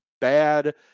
bad